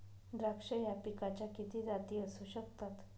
द्राक्ष या पिकाच्या किती जाती असू शकतात?